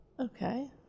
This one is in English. Okay